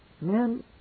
Men